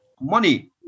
money